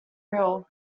real